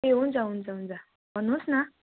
ए हुन्छ हुन्छ हुन्छ भन्नुहोस् न